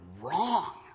wrong